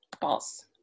False